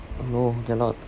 no cannot